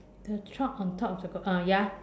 the chalk on top of the girl uh ya